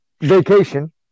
Vacation